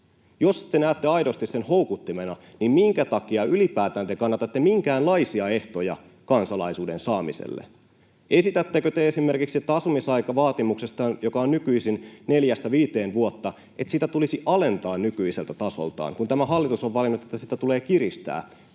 Jos te näette aidosti sen houkuttimena, niin minkä takia te ylipäätään kannatatte minkäänlaisia ehtoja kansalaisuuden saamiselle? Esitättekö te esimerkiksi, että asumisaikavaatimusta, joka on nykyisin neljästä viiteen vuotta, tulisi alentaa nykyiseltä tasoltaan, kun tämä hallitus on valinnut, että sitä tulee kiristää